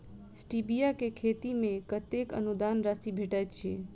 Stevia केँ खेती मे कतेक अनुदान राशि भेटैत अछि?